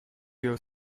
you